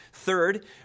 Third